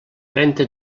trenta